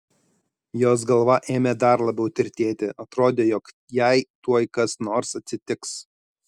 jos galva ėmė dar labiau tirtėti atrodė jog jai tuoj kas nors atsitiks